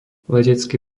letecký